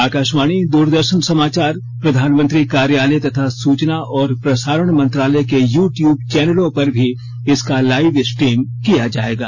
आकाशवाणी दूरदर्शन समाचार प्रधानमंत्री कार्यालय तथा सूचना और प्रसारण मंत्रालय के यू ट्यूब चैनलों पर भी इसका लाइव स्ट्रीम किया जाएगा